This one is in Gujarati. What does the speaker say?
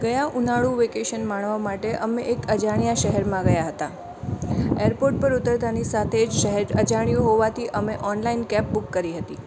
ગયા ઉનાળુ વેકેશન માણવા માટે અમે એક અજાણ્યા શહેરમાં ગયા હતા એરપોર્ટ પર ઉતરતાંની સાથે જ શહેર અજાણ્યું હોવાથી અમે ઑનલાઇન કૅબ બૂક કરી હતી